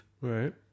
Right